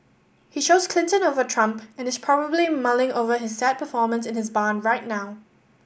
he chose Clinton over Trump and is probably mulling over his sad performance in his barn right now